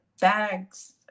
bags